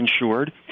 insured